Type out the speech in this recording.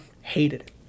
hated